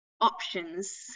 options